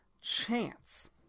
chance